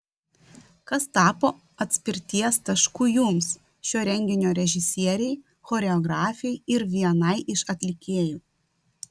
kas tapo atspirties tašku jums šio renginio režisierei choreografei ir vienai iš atlikėjų